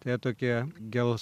tai jie tokie gels